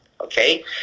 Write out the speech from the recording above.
Okay